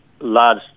large